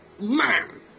man